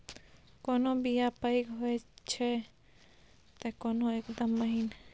कोनो बीया पैघ होई छै तए कोनो एकदम महीन